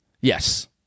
Yes